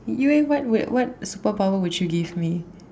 you leh what would what superpower would you give me